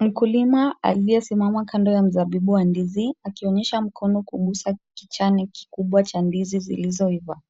Mkulima aliyesimama kando ya mzabibu wa ndizi akionyesha mkono kugusa kichane kikubwa cha ndizi zilizoiva.